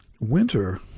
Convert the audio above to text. winter